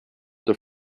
the